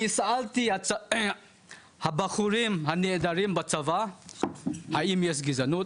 שאלתי את הבחורים הנהדרים בצבא, האם יש גזענות?